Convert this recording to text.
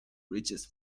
reaches